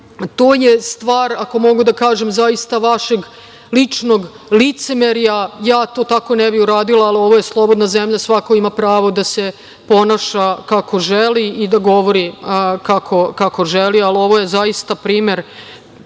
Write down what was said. To je stvar, ako mogu da kažem, zaista vašeg ličnog licemerja, ja to tako ne bi uradila, ali ovo je slobodna zemlja i svako ima pravo da se ponaša kako želi i da govori kako želi, ali ovo je zaista primer,